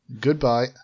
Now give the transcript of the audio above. Goodbye